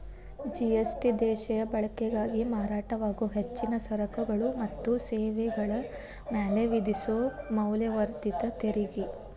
GST ದೇಶೇಯ ಬಳಕೆಗಾಗಿ ಮಾರಾಟವಾಗೊ ಹೆಚ್ಚಿನ ಸರಕುಗಳ ಮತ್ತ ಸೇವೆಗಳ ಮ್ಯಾಲೆ ವಿಧಿಸೊ ಮೌಲ್ಯವರ್ಧಿತ ತೆರಿಗಿ